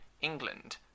England